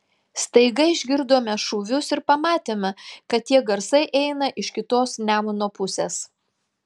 staiga išgirdome šūvius ir pamatėme kad tie garsai eina iš kitos nemuno pusės